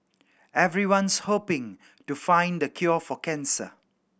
everyone's hoping to find the cure for cancer